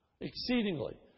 exceedingly